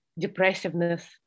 depressiveness